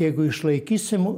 jeigu išlaikysim